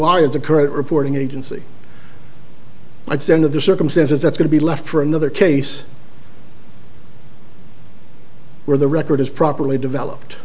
is the current reporting agency i sent of the circumstances that's going to be left for another case where the record is properly developed